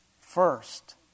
first